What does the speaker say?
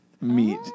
meat